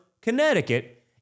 Connecticut